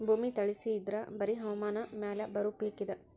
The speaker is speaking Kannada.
ಭೂಮಿ ತಳಸಿ ಇದ್ರ ಬರಿ ಹವಾಮಾನ ಮ್ಯಾಲ ಬರು ಪಿಕ್ ಇದ